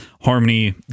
harmony